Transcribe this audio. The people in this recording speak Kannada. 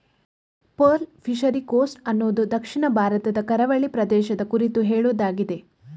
ಪರ್ಲ್ ಫಿಶರಿ ಕೋಸ್ಟ್ ಅನ್ನುದು ದಕ್ಷಿಣ ಭಾರತದ ಕರಾವಳಿ ಪ್ರದೇಶದ ಕುರಿತು ಹೇಳುದಾಗಿದೆ